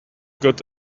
got